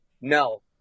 no